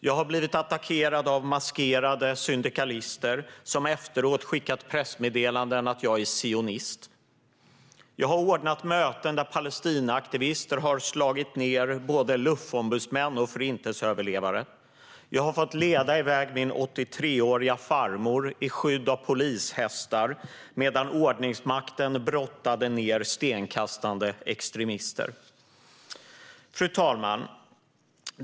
Jag har blivit attackerad av maskerade syndikalister, som efteråt skickat pressmeddelanden om att jag är sionist. Jag har ordnat möten där Palestinaaktivister har slagit ned både LUF-ombudsmän och Förintelseöverlevare. Jag har fått leda i väg min 83-åriga farmor i skydd av polishästar medan ordningsmakten brottade ned stenkastande extremister. Fru talman!